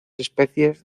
especies